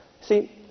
See